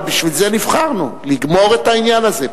אבל בשביל זה נבחרנו, לגמור את העניין הזה.